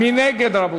מי נגד?